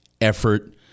effort